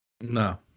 No